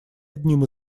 одним